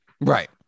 Right